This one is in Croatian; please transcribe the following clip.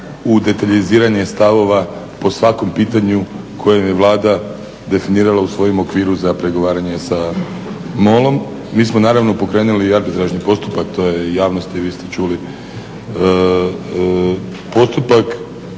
u detaljiziranje stavova po svakom pitanju koje im je Vlada definirala u svojem okviru za pregovaranje sa MOL-om. Mi smo naravno pokrenuli i arbitražni postupak to je u javnosti i vi ste čuli postupak